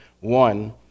one